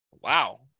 Wow